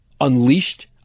unleashed